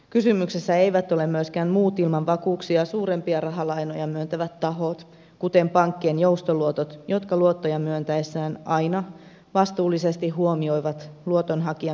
kysymyksessä eivät ole myöskään muut ilman vakuuksia suurempia rahalainoja myöntävät tahot kuten pankkien joustoluotot jotka luottoja myöntäessään aina vastuullisesti huomioivat luotonhakijan maksukyvyn